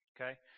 Okay